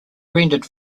rendered